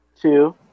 Two